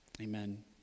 amen